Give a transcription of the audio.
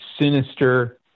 sinister